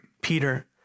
Peter